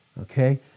Okay